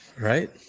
Right